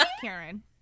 Karen